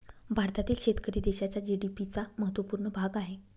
भारतातील शेतकरी देशाच्या जी.डी.पी चा महत्वपूर्ण भाग आहे